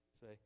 say